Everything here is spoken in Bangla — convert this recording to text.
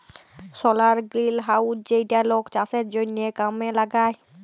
সলার গ্রিলহাউজ যেইটা লক চাষের জনহ কামে লাগায়